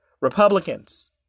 Republicans